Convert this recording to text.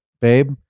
babe